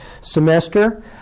semester